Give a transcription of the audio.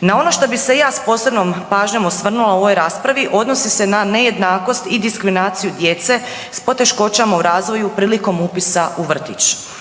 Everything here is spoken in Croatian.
Na ono što bih se ja s posebnom pažnjom osvrnula u ovoj raspravi odnosi se na nejednakost i diskriminaciju djece s poteškoćama u razvoju prilikom upisa u vrtić.